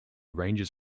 ranges